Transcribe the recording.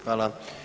Hvala.